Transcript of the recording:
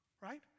right